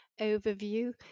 overview